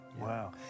Wow